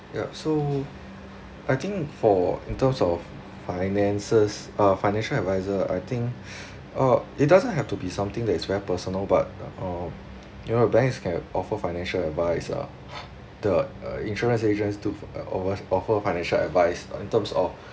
ya so I think for in terms of finances uh financial adviser I think uh it doesn't have to be something that is very personal but um you know banks can offer financial advice lah the insurance agents too over offer financial advice in terms of